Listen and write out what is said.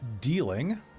dealing